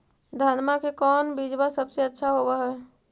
धनमा के कौन बिजबा सबसे अच्छा होव है?